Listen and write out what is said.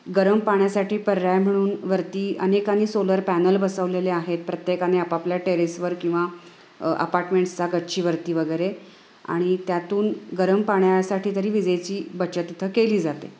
गरम पाण्यासाठी पर्याय म्हणून वरती अनेकानी सोलर पॅनल बसवलेले आहेत प्रत्येकाने आपापल्या टेरेसवर किंवा अपार्टमेंट्सचा गच्चीवरती वगैरे आणि त्यातून गरम पाण्यासाठी तरी विजेची बचत इथं केली जाते